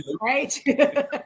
right